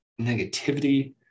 negativity